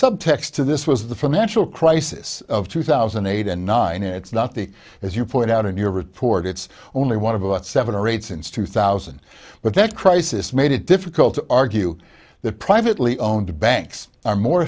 subtext to this was the financial crisis of two thousand and eight and nine and it's not the as you point out in your report it's only one of about seven or eight since two thousand but that crisis made it difficult to argue the privately owned banks are more